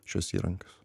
šiuos įrankius